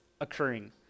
occurring